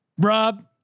Rob